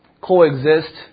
coexist